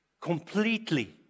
completely